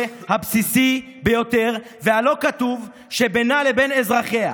הבסיסי ביותר והלא-כתוב שבינה לבין אזרחיה,